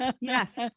Yes